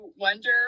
wonder